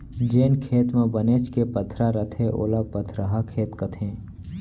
जेन खेत म बनेच के पथरा रथे ओला पथरहा खेत कथें